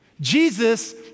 Jesus